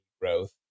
growth